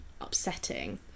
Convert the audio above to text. upsetting